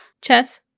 Chess